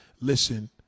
listen